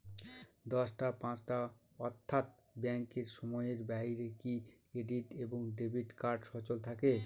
দশটা পাঁচটা অর্থ্যাত ব্যাংকের সময়ের বাইরে কি ক্রেডিট এবং ডেবিট কার্ড সচল থাকে?